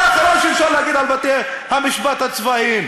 זה הדבר האחרון שאפשר להגיד על בתי-המשפט הצבאיים,